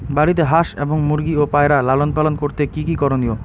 বাড়িতে হাঁস এবং মুরগি ও পায়রা লালন পালন করতে কী কী করণীয়?